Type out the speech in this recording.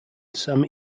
some